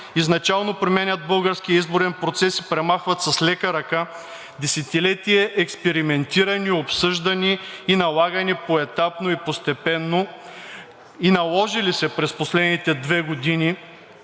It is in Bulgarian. изначално променят българския изборен процес и премахват с лека ръка десетилетия експериментирани, обсъждани и налагани поетаптно и постепенно и наложили се през последните две години